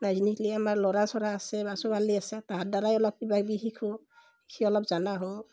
নাজনিলি আমাৰ ল'ৰা চ'ৰা আছে বা ছোৱালী আছে তাহাৰ দ্বাৰাই অলপ কিবা কিবি শিকোঁ শিখি অলপ জানা হো